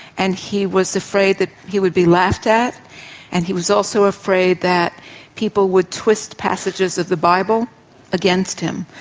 and he was afraid that he would be laughed at and he was also afraid that people would twist passages of the bible against him,